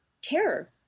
terror